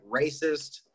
racist